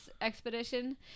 expedition